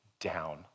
down